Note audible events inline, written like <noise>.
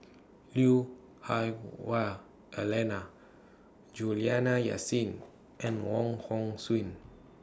Lui Hah Wah Elena Juliana Yasin <noise> and <noise> Wong Hong Suen